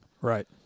Right